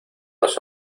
los